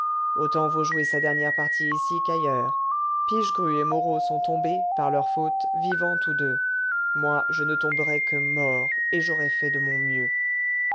autant vaut jouer sa dernière partie ici qu'ailleurs pichegru et moreau sont tombés par leur faute vivants tous deux moi je ne tomberai que mort et j'aurai fait de mon mieux